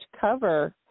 cover